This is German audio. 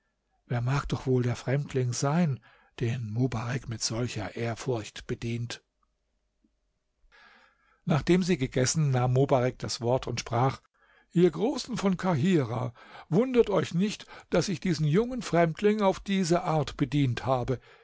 wer mag doch wohl der fremdling sein den mobarek mit solcher ehrfurcht bedient nachdem sie gegessen nahm mobarek das wort und sprach ihr großen von kahirah wundert euch nicht daß ich diesen jungen fremdling auf diese art bedient habe